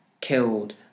killed